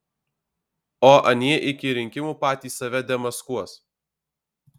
o anie iki rinkimų patys save demaskuos